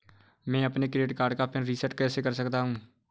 मैं अपने credit card का पिन रिसेट कैसे कर सकता हूँ?